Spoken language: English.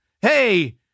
Hey